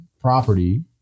property